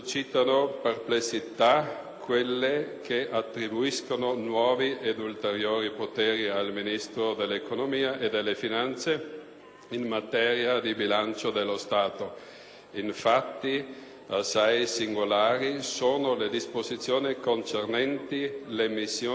quelle che attribuiscono nuovi ed ulteriori poteri al Ministro dell'economia e delle finanze in materia di bilancio dello Stato. Infatti, assai singolari sono le disposizioni concernenti l'emissione dei titoli pubblici